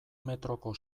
metroko